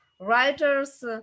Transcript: writers